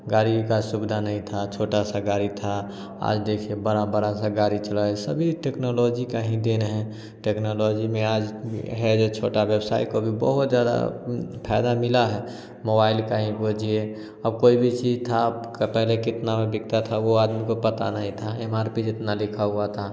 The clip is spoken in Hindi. गाड़ी की सुविधा नहीं थी छोटी सी गाड़ी थी आज देखिए बड़ी बड़ी सी गाड़ी चला सभी टेक्नोलॉजी की ही देन है टेक्नोलॉजी में आज है जो छोटा व्यवसाय को भी बहुत ज़्यादा फायदा मिला है मोबाइल का हो जिए अब कोई भी चीज़ थी पहले कितना में बिकता था वह आदमी को पता नहीं था एम आर पी जितना लिखा हुआ था